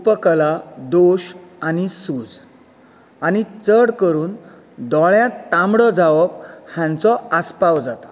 उप कला दोश आनी सूज आनी चड करून दोळ्यांत तांबडो जावप हांचो आस्पाव जाता